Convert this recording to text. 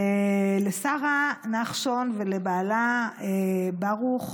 ולשרה נחשון ולבעלה ברוך